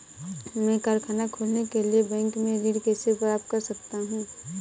मैं कारखाना खोलने के लिए बैंक से ऋण कैसे प्राप्त कर सकता हूँ?